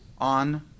on